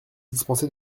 dispenser